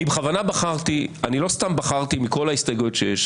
לא סתם בחרתי מכל ההסתייגויות שיש,